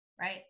right